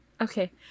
okay